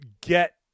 get